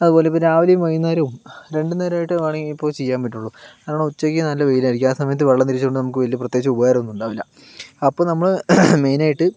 അതുപോലെ ഇപ്പോൾ രാവിലേയും വൈകുന്നേരവും രണ്ടു നേരമായിട്ട് പണി പോയി ചെയ്യാൻ പറ്റുള്ളു കാരണം ഉച്ചയ്ക്ക് നല്ല വെയിലായിരിക്കും ആ സമയത്ത് വെള്ളം തിരിച്ചതുകൊണ്ട് നമുക്ക് പ്രത്യേകിച്ച് ഉപകാരമൊന്നും ഉണ്ടാകില്ല അപ്പോൾ നമ്മൾ മെയ്നായിട്ട്